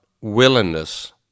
willingness